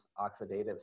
oxidative